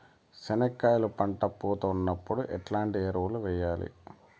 చెనక్కాయలు పంట పూత ఉన్నప్పుడు ఎట్లాంటి ఎరువులు వేయలి?